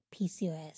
PCOS